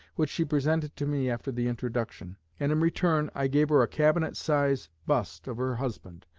which she presented to me after the introduction and in return i gave her a cabinet-size bust of her husband,